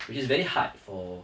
which is very hard for